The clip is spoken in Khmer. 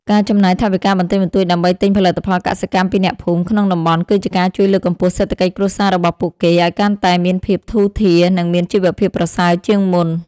ការចំណាយថវិកាបន្តិចបន្តួចដើម្បីទិញផលិតផលកសិកម្មពីអ្នកភូមិក្នុងតំបន់គឺជាការជួយលើកកម្ពស់សេដ្ឋកិច្ចគ្រួសាររបស់ពួកគេឱ្យកាន់តែមានភាពធូរធារ និង មានជីវភាពប្រសើរជាងមុន។